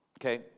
Okay